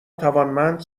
توانمند